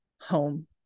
home